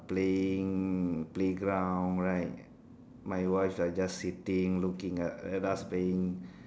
playing playground right my wife are just sitting looking at at us playing